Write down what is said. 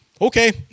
Okay